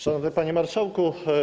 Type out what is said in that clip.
Szanowny Panie Marszałku!